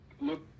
look